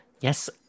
Yes